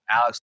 Alex